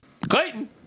Clayton